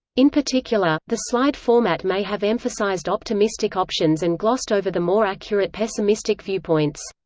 in particular, the slide format may have emphasized optimistic options and glossed over the more accurate pessimistic viewpoints.